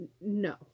No